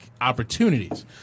opportunities